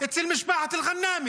אצל משפחת אלע'נאמי,